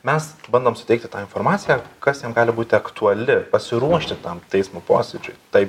mes bandom suteikti tą informaciją kas jam gali būti aktuali pasiruošti tam teismo posėdžiui tai